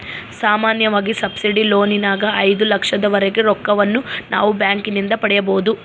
ಸಾಮಾನ್ಯವಾಗಿ ಸಬ್ಸಿಡಿ ಲೋನಿನಗ ಐದು ಲಕ್ಷದವರೆಗೆ ರೊಕ್ಕವನ್ನು ನಾವು ಬ್ಯಾಂಕಿನಿಂದ ಪಡೆಯಬೊದು